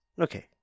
okay